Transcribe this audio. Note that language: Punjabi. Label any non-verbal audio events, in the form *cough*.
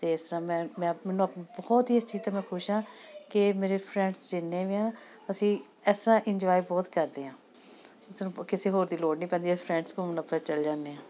ਅਤੇ ਇਸ ਤਰ੍ਹਾਂ ਮੈਂ ਮੈਂ ਮੈਨੂੰ *unintelligible* ਬਹੁਤ ਹੀ ਅੱਛੀ ਤਰ੍ਹਾਂ ਖੁਸ਼ ਹਾਂ ਕਿ ਮੇਰੇ ਫਰੈਂਡਸ ਜਿੰਨੇ ਵੀ ਆ ਅਸੀਂ ਇਸ ਤਰ੍ਹਾਂ ਇੰਜੋਏ ਬਹੁਤ ਕਰਦੇ ਹਾਂ ਕਿਸੇ ਨੂੰ ਕਿਸੇ ਹੋਰ ਦੀ ਲੋੜ ਨਹੀਂ ਪੈਂਦੀ ਫਰੈਂਡਸ ਘੁੰਮਣ ਆਪਾਂ ਚਲ ਜਾਂਦੇ ਹਾਂ